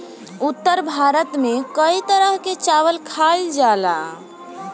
उत्तर भारत में कई तरह के चावल खाईल जाला